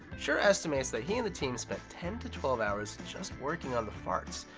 schur estimates that he and the team spent ten to twelve hours just working on the farts.